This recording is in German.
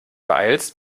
beeilst